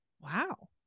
wow